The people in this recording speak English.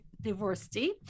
diversity